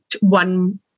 one